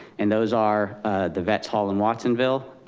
and those are the vet's hall in watsonville,